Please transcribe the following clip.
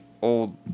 Old